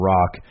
Rock